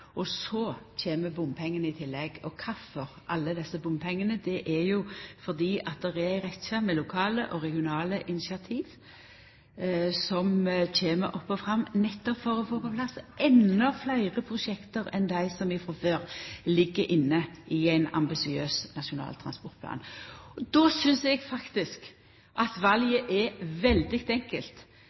så kjem bompengane i tillegg. Kvifor alle desse bompengane? Det er jo fordi det er ei rekkje lokale og regionale initiativ som kjem opp og fram, nettopp for å få på plass endå fleire prosjekt enn dei som frå før ligg inne i ein ambisiøs Nasjonal transportplan. Då synest eg faktisk at valet er veldig enkelt.